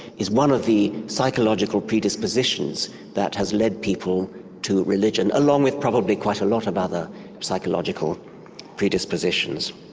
is one of the psychological predispositions that has led people to religion along with probably quite a lot of other psychological predispositions.